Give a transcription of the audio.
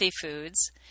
foods